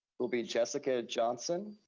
will be jessica johnson.